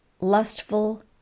lustful